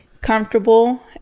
comfortable